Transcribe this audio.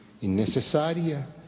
innecesaria